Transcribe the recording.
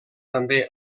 també